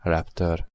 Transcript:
Raptor